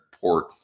port